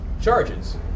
Charges